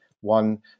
one